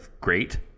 great